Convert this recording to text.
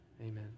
Amen